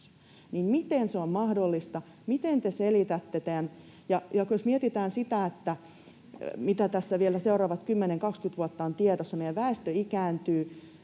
Miten se on mahdollista, miten te selitätte tämän? Ja jos mietitään sitä, mitä tässä vielä seuraavat 10—20 vuotta on tiedossa — meidän väestö ikääntyy,